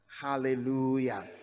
hallelujah